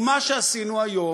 מה שעשינו היום,